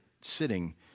sitting